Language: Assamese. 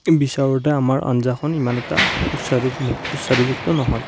বিচাৰোঁতে আমাৰ আঞ্জাখন ইমান এটা সুস্বাদু সুস্বাদুযুক্ত নহয়